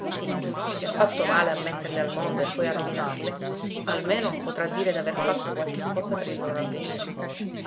così se ha fatto male a metterle al mondo e poi a rovinarle almeno potrà dire d'aver fatto qualche cosa per il loro avvenire